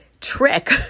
trick